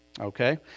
Okay